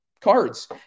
Cards